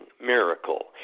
miracle